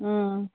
ওম